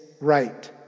right